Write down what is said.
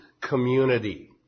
community